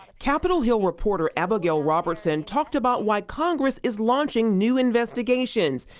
capitol hill reporter, abigail robertson, talked about why congress is launching new investigations.